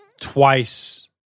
twice